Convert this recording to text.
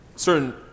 Certain